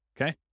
okay